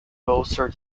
bolster